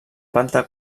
planta